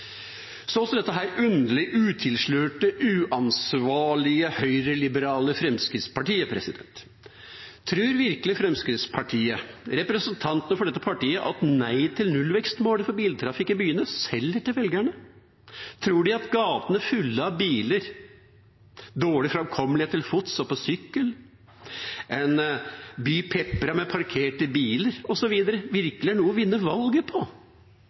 Så til dette underlige, utilslørte, uansvarlige høyreliberale Fremskrittspartiet: Tror virkelig Fremskrittspartiet, representantene for dette partiet, at nei til nullvekstmål for biltrafikk i byene selger til velgerne? Tror de at gatene fulle av biler, dårlig framkommelighet til fots og på sykkel, en by pepret med parkerte biler osv. virkelig er noe å vinne valget på?